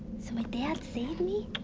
so my dad saved me?